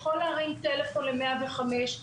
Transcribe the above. יכול להרים טלפון למוקד 105,